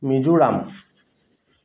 Mizoram